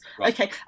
okay